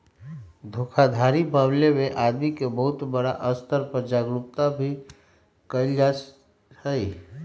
धोखाधड़ी मामला में आदमी के बहुत बड़ा स्तर पर जागरूक भी कइल जाहई